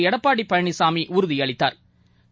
எடப்பாடிபழனிசாமிஉறுதிஅளித்தாா்